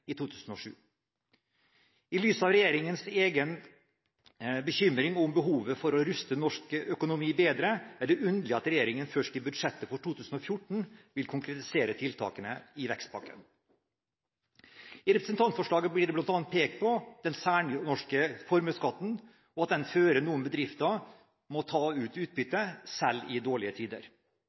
I lys av regjeringens egen bekymring om behovet for å ruste norsk økonomi bedre er det underlig at regjeringen først i budsjettet for 2014 vil konkretisere tiltakene i vekstpakken. I representantforslaget blir det bl.a. pekt på at den særnorske formuesskatten fører til at noen bedrifter må ta ut utbytte, selv i dårlige tider.